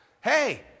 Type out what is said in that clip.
Hey